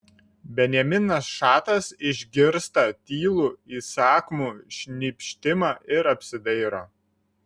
benjaminas šatas išgirsta tylų įsakmų šnypštimą ir apsidairo